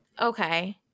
okay